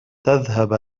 تذهب